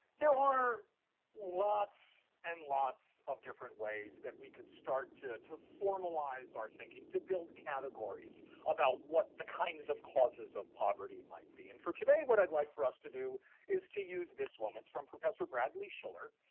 there are lots and lots of different ways that we could start to to formalize our thinking to build categories about what the kinds of causes of poverty might be. and for today what i'd like for us to do is to use this one, it's from professor bradley schiller.